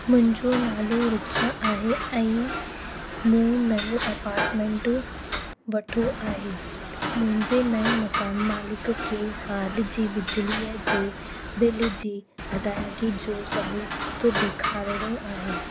मुंहिजो नालो रिचा आहे ऐं मू नयो अपाटमेंट वठो आहे मुंहिंजे नए मकान मालिक खे हाल जी बिजलीअ जे बिल जी अदायगी जो सबूत ॾेखारिणो आहे